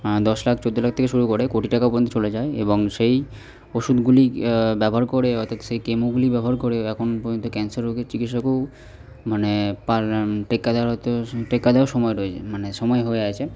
দশ লাখ চোদ্দ লাখ থেকে শুরু করে কোটি টাকাও পর্যন্ত চলে যায় এবং সেই ওষুধগুলি ব্যবহার করে অর্থাৎ সেই কেমোগুলি ব্যবহার করে এখন পর্যন্ত ক্যানসার রোগের চিকিৎসাকেও মানে টেক্কা দেওয়ার অত টেক্কা দেওয়ার সময় হয়েছে মানে সময় হয়ে গিয়েছে